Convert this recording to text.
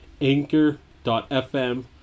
anchor.fm